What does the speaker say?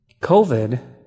COVID